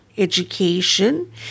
Education